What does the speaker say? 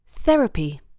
Therapy